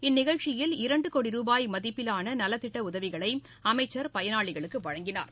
இந்நிகழ்ச்சியில் இரண்டு கோடி ரூபாய் மதிப்பிலான நலத்திட்ட உதவிகளை அமைச்சர் பயனாளிகளுக்கு வழங்கினார்